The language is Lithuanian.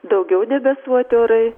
daugiau debesuoti orai